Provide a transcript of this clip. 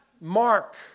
Mark